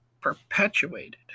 perpetuated